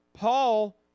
Paul